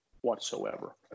whatsoever